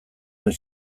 duen